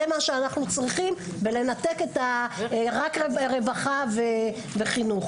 זה מה שאנחנו צריכים ולנתק רק לרווחה וחינוך.